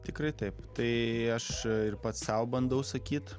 tikrai taip tai aš ir pats sau bandau sakyt